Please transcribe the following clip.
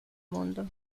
mundo